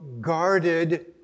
guarded